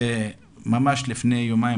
וממש לפני יומיים,